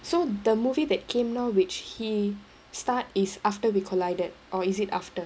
so the movie that came now which he starred is after we collided or is it after